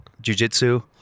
jiu-jitsu